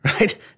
Right